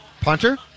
Punter